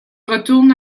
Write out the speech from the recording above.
retourne